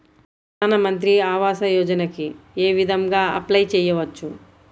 ప్రధాన మంత్రి ఆవాసయోజనకి ఏ విధంగా అప్లే చెయ్యవచ్చు?